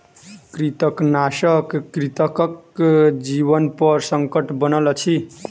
कृंतकनाशक कृंतकक जीवनपर संकट बनल अछि